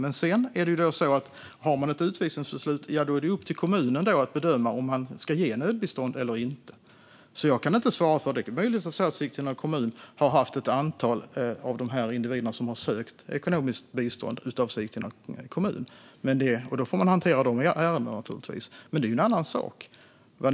Men om man har ett utvisningsbeslut är det upp till kommunen att bedöma om det ska ges nödbistånd eller inte. Det är möjligt att Sigtuna kommun har haft ett antal individer som har sökt ekonomiskt bistånd - och då får de ärendena hanteras, men det är en annan sak.